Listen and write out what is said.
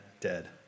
dead